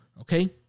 okay